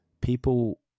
people